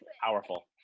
powerful